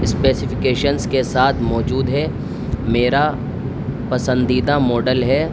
specifications کے ساتھ موجود ہے میرا پسندیدہ ماڈل ہے